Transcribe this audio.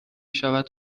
شود